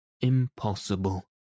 Impossible